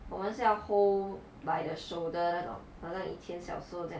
我们是要 hold by the shoulder 那种好像以前小时候这样